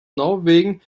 norwegen